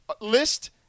list